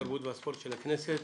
התרבות והספורט של הכנסת.